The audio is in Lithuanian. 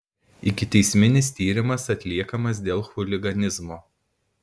ikiteisminis tyrimas atliekamas dėl chuliganizmo